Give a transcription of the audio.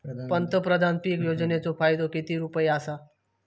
पंतप्रधान पीक योजनेचो फायदो किती रुपये आसा?